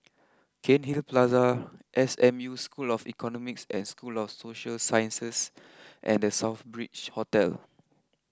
Cairnhill Plaza S M U School of Economics and School of Social Sciences and the South Bridge Hotel